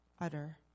utter